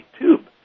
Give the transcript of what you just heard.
tube